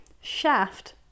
Shaft